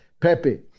Pepe